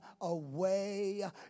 away